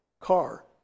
car